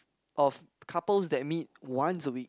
of couples that meet once a week